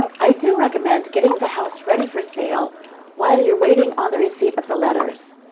i do recommend getting the house ready for sale while you're waiting on the receipt of the letters.